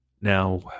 Now